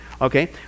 Okay